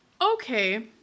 Okay